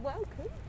Welcome